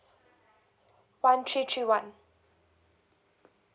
one three three one